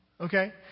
Okay